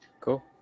Cool